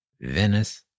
Venice